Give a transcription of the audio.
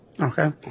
Okay